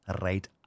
right